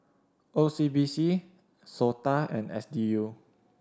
O C B C SOTA and S D U